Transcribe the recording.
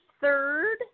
third